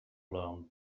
learned